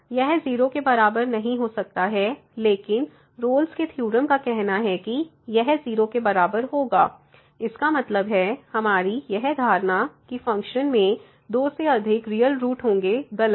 यह 0 के बराबर नहीं हो सकता है लेकिन रोल्स के थ्योरम Rolle's Theorem का कहना है कि यह 0 के बराबर होगा इसका मतलब है हमारी यह धारणा कि फ़ंक्शन में दो से अधिक रियल रूट होंगे गलत है